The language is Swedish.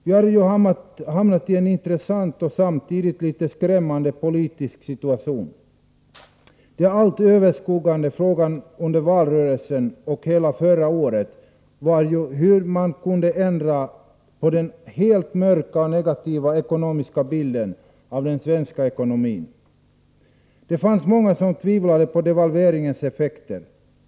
Vi har ju hamnat i en intressant och samtidigt litet skrämmande politisk situation. Den allt överskuggande frågan under valrörelsen och hela förra året var hur man kunde ändra på den helt mörka och negativa ekonomiska bilden i Sverige. Det fanns många som tvivlade på devalveringens effekter.